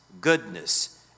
goodness